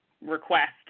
request